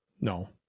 No